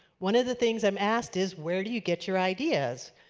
one of the things i am asked is where do you get your ideas.